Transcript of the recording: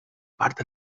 part